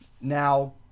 Now